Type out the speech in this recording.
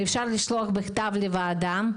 אפשר לשלוח מכתב לוועדה.